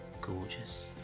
gorgeous